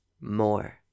more